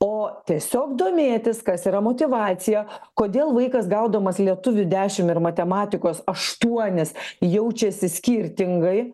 o tiesiog domėtis kas yra motyvacija kodėl vaikas gaudamas lietuvių dešimt ir matematikos aštuonis jaučiasi skirtingai